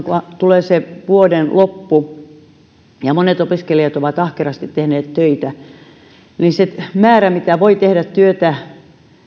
kun tulee se vuoden loppu ja monet opiskelijat ovat ahkerasti tehneet töitä ja se määrä mitä voi tehdä työtä